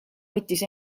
võttis